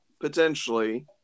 Potentially